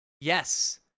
Yes